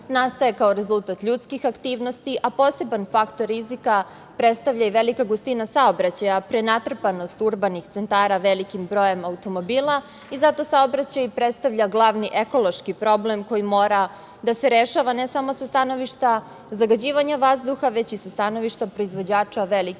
nastaje kao rezultat ljudskih aktivnosti, a poseban faktor rizika predstavlja i velika gustina saobraćaja, prenatrpanost urbanih centara velikim brojem automobila, i zato saobraćaj i predstavlja glavni ekološki problem koji mora da se rešava ne samo sa stanovišta zagađivanja vazduha, već i sa stanovišta proizvođača velike buke,